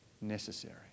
necessary